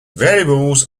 variables